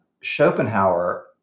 Schopenhauer